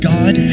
God